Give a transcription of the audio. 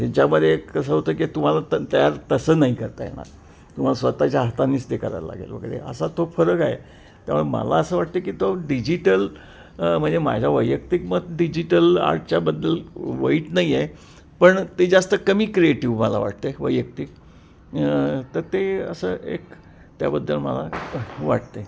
ह्याच्यामध्ये एक कसं होतं की तुम्हाला त तयार तसं नाही करता येणार तुम्हाला स्वत च्या हातानेच ते करायला लागेल वगैरे असा तो फरक आहे त्यामुळे मला असं वाटतं की तो डिजिटल म्हणजे माझ्या वैयक्तिक मत डिजिटल आर्टच्याबद्दल वाईट नाही आहे पण ते जास्त कमी क्रिएटिव्ह मला वाटते वैयक्तिक तर ते असं एक त्याबद्दल मला वाटते